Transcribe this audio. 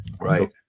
Right